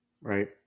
Right